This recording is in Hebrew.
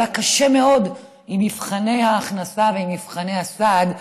היה לה קשה מאוד עם מבחני ההכנסה ועם מבחני הסעד,